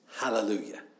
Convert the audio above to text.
hallelujah